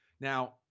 Now